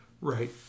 Right